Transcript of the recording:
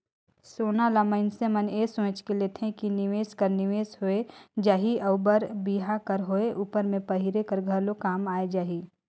सोना ल मइनसे मन ए सोंएच के लेथे कि निवेस कर निवेस होए जाही अउ बर बिहा कर होए उपर में पहिरे कर घलो काम आए जाही